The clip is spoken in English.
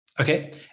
Okay